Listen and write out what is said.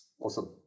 Awesome